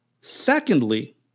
Secondly